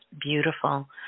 beautiful